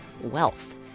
wealth